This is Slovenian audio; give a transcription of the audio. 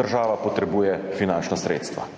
država potrebuje finančna sredstva.